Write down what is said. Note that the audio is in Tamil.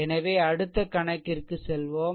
எனவே அடுத்த கணக்கிற்கு செல்வோம்